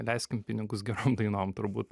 leiskim pinigus gerom dainom turbūt